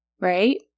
right